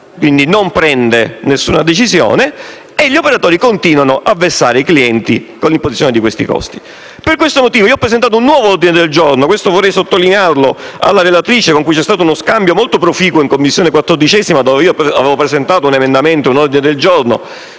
quindi non assume alcuna decisione e gli operatori continuano a vessare i clienti con l'imposizione di questi costi. Per tale motivo, ho presentato un nuovo ordine del giorno e vorrei segnalarlo alla relatrice, con la quale c'è stato uno scambio molto proficuo in 14a Commissione, dove avevo presentato un emendamento e un ordine del giorno.